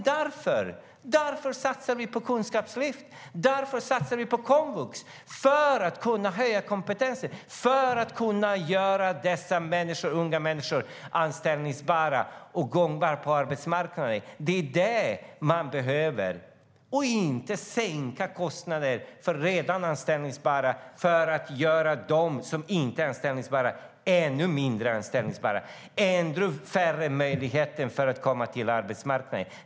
Därför satsar vi på kunskapslyft och på komvux för att höja kompetensen och göra dessa unga människor anställbara och gångbara på arbetsmarknaden. Det är det man behöver göra. Man ska inte sänka kostnaderna för redan anställbara så att de som inte är anställbara blir ännu mindre anställbara och får ännu färre möjligheter att komma in på arbetsmarknaden.